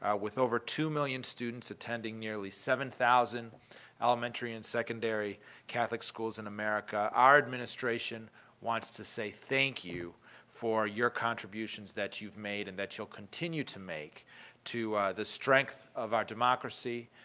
ah with over two million students attending nearly seven thousand elementary and secondary catholic schools in america, our administration wants to say thank you for your contributions that you've made and that you'll continue to make to the strength of our democracy,